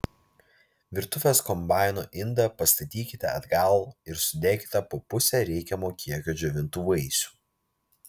virtuvės kombaino indą pastatykite atgal ir sudėkite po pusę reikiamo kiekio džiovintų vaisių